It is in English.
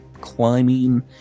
Climbing